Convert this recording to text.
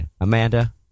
Amanda